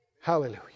Hallelujah